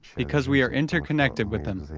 because we are interconnected with them.